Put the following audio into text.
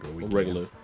regular